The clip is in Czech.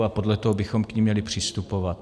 A podle toho bychom k ní měli přistupovat.